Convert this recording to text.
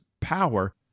power